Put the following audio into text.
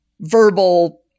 verbal